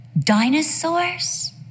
Dinosaurs